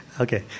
Okay